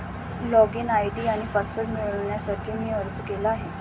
login ID आणि password मिळवण्यासाठी मी अर्ज केला आहे